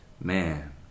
man